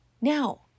Now